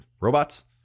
robots